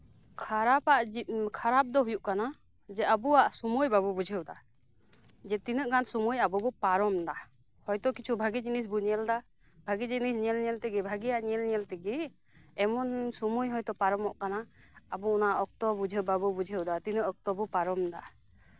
ᱠᱷᱟᱨᱟᱯ ᱟᱜ ᱠᱷᱟᱨᱟᱯ ᱫᱚ ᱦᱩᱭᱩᱜ ᱠᱟᱱᱟ ᱡᱮ ᱟᱵᱚᱣᱟᱜ ᱥᱚᱢᱚᱭ ᱵᱟᱵᱚ ᱵᱩᱡᱷᱟᱹᱣ ᱫᱟ ᱡᱮ ᱛᱤᱱᱟᱹᱜ ᱜᱟᱱ ᱥᱚᱢᱚᱭ ᱟᱵᱚ ᱵᱚᱱ ᱯᱟᱨᱚᱢ ᱫᱟ ᱦᱚᱭᱛᱚ ᱠᱤᱪᱷᱩ ᱵᱷᱟᱹᱜᱮ ᱡᱤᱱᱤᱥ ᱵᱚᱱ ᱧᱮᱞᱫᱟ ᱵᱷᱟᱹᱜᱮ ᱡᱤᱱᱤᱥ ᱧᱮᱞ ᱧᱮᱞᱛᱮᱜᱮ ᱵᱷᱟᱜᱮᱭᱟᱜ ᱧᱮᱞᱼᱧᱮᱞ ᱛᱮᱜᱮ ᱮᱢᱚᱱ ᱥᱚᱢᱚᱭ ᱦᱚᱭᱛᱚ ᱯᱟᱨᱚᱢᱚᱜ ᱠᱟᱱᱟ ᱟᱵᱚ ᱚᱱᱟ ᱚᱠᱛᱚ ᱵᱩᱡᱷᱟᱹᱣ ᱵᱟᱵᱚ ᱵᱩᱡᱷᱟᱹᱣ ᱫᱟ ᱛᱤᱱᱟᱹᱜ ᱛᱤᱱᱟᱹᱜ ᱚᱠᱛᱚ ᱵᱚᱱ ᱯᱟᱨᱚᱢ ᱫᱟ